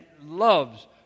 loves